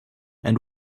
and